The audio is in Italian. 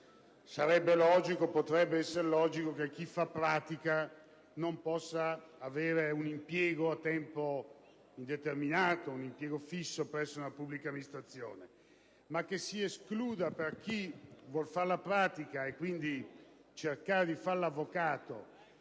potrebbe essere logico che chi fa pratica non possa avere un impiego a tempo indeterminato, un impiego fisso presso una pubblica amministrazione; ma che si escluda per chi vuol fare la pratica e quindi cercare di fare l'avvocato